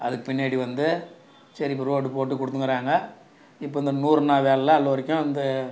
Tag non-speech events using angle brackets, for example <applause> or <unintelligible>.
அதுக்கு பின்னாடி வந்து சரி இப்போ ரோடு போட்டு கொடுத்துக்குறாங்க இப்போ இந்த நூறு நாள் வேலைலாம் <unintelligible> வரைக்கும் அந்த